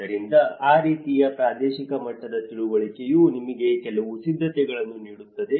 ಆದ್ದರಿಂದ ಆ ರೀತಿಯಲ್ಲಿ ಪ್ರಾದೇಶಿಕ ಮಟ್ಟದ ತಿಳುವಳಿಕೆಯು ನಿಮಗೆ ಕೆಲವು ಸಿದ್ಧತೆಗಳನ್ನು ನೀಡುತ್ತದೆ